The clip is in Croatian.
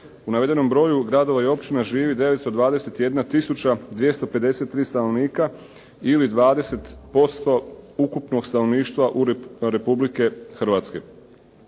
U navedenom broju gradova i općina živi 921 tisuća 253 stanovnika ili 20% ukupnog stanovništva Republike Hrvatske.